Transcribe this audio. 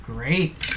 Great